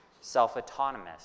self-autonomous